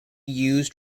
used